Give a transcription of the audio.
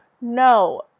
No